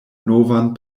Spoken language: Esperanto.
novan